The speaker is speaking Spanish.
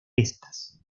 estas